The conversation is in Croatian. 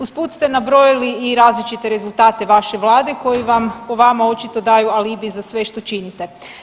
Uz put ste nabrojali i različite rezultate vaše vlade koji vam po vama očito daju alibi za sve što činite.